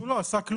הוא לא עשה כלום.